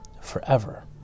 forever